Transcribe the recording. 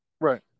Right